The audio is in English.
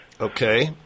Okay